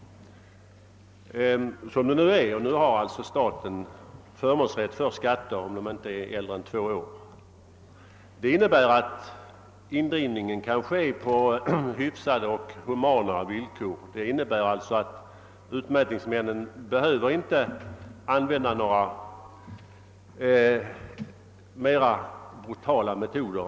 Som det nu är har staten förmånsrätt för skatter, om de inte är äldre än två år. Det innebär att indrivning kan göras på ett hyfsat och humant sätt, och utmätningsmännen behöver inte använda några mera brutala metoder.